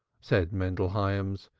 said mendel hyams.